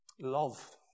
Love